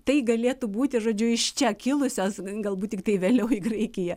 tai galėtų būti žodžiu iš čia kilusios galbūt tiktai vėliau į graikiją